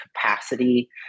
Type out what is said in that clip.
capacity